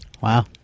wow